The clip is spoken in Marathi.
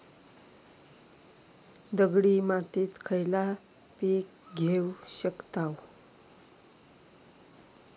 दगडी मातीत खयला पीक घेव शकताव?